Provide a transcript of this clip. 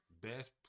best